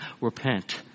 repent